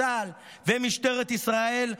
צה"ל ומשטרת ישראל,